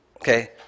Okay